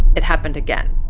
it happened again.